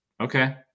Okay